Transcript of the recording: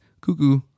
cuckoo